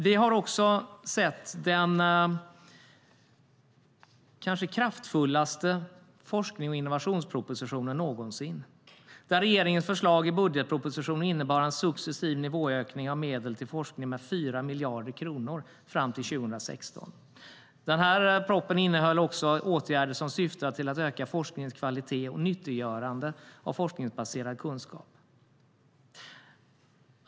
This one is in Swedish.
Vi har sett den kanske kraftfullaste forsknings och innovationspropositionen någonsin. Regeringens förslag i budgetpropositionen innebar en successiv nivåökning av medel till forskning med 4 miljarder kronor fram till 2016. Propositionen innehåller åtgärder som syftar till att öka forskningens kvalitet och nyttiggörande av forskningsbaserad kunskap.